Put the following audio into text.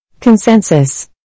Consensus